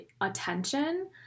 attention